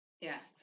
Yes